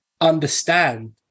understand